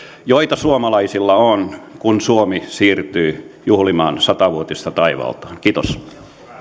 joita suomalaisilla on kun suomi siirtyy juhlimaan satavuotista taivaltaan kiitos